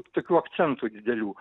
tokių akcentų didelių